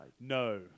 No